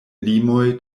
limoj